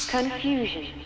Confusion